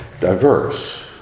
diverse